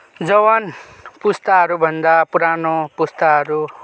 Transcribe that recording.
जवान पुस्ताहरू भन्दा पुरानो पुस्ताहरू